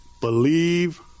Believe